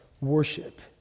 worship